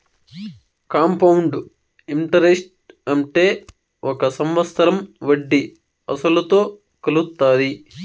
compound interest అంటే ఒక సంవత్సరం వడ్డీ అసలుతో కలుత్తాది